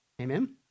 Amen